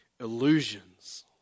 illusions